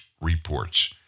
reports